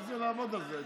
מה זה לעמוד על זה?